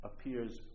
appears